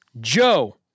Joe